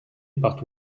but